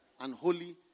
Unholy